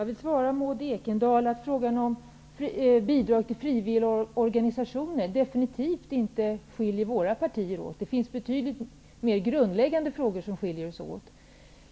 Herr talman! I fråga om bidrag till frivilliga organisationer skiljer sig våra partier definitivt inte åt. Det finns betydligt mer grundläggande frågor där vi är skiljaktiga.